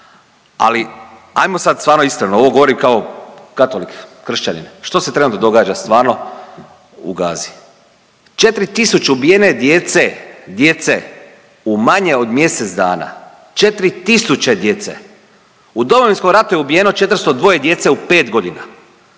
Ali, ajmo sad stvarno iskreno, ovo govorim kao katolik, kršćanin, što se trenutno događa stvarno u Gazi? 4 tisuće ubijene djece, djece u manje od mjesec dana. 4 tisuće djece. U Domovinskom ratu je ubijeno 402 djece u 5 godina.